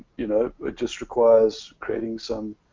you know, it just requires creating some.